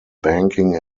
banking